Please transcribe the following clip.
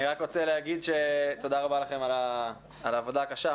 אני רוצה להודות לכם על העבודה הקשה.